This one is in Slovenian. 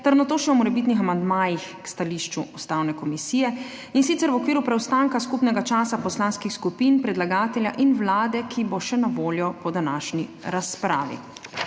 ter nato še o morebitnih amandmajih k stališču Ustavne komisije, in sicer v okviru preostanka skupnega časa poslanskih skupin, predlagatelja in Vlade, ki bo še na voljo po današnji razpravi.